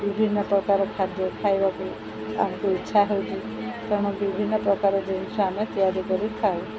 ବିଭିନ୍ନ ପ୍ରକାର ଖାଦ୍ୟ ଖାଇବାକୁ ଆମକୁ ଇଚ୍ଛା ହଉଛି ତେଣୁ ବିଭିନ୍ନ ପ୍ରକାର ଜିନିଷ ଆମେ ତିଆରି କରିଥାଉ